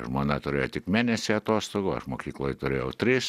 žmona turėjo tik mėnesį atostogų aš mokykloj turėjau tris